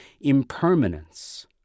impermanence